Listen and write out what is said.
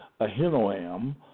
Ahinoam